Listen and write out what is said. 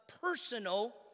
personal